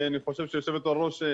היושבת ראש,